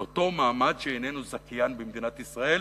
של אותו מעמד שאיננו זכיין במדינת ישראל,